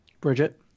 Bridget